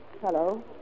Hello